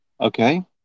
Okay